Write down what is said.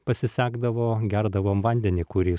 pasisekdavo gerdavom vandenį kurį